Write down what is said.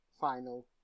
final